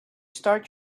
start